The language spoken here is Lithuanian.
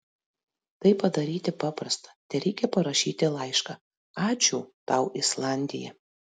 tai padaryti paprasta tereikia parašyti laišką ačiū tau islandija